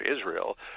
Israel